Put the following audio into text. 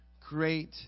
Great